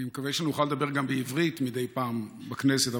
אני מקווה שנוכל לדבר גם בעברית מדי פעם בכנסת,